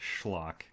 schlock